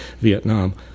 Vietnam